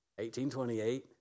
1828